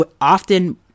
often